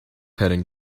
heading